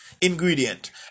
Ingredient